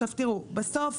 עכשיו תראו, בסוף